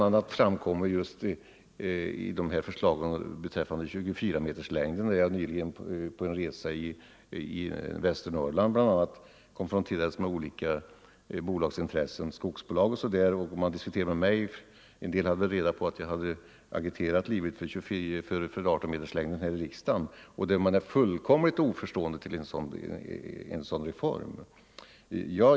Jag konfronterades nyligen på en resa i Västernorrland med olika bolagsintressen —- man hade väl reda på att jag här i riksdagen när det gäller lastbilarna hade agiterat livligt för 18-meterslängden. Det visade sig att man var fullständigt oförstående till en sådan reform.